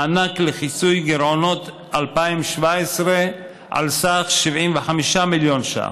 מענק לכיסוי גירעונות 2017 על סך 75 מיליון ש"ח,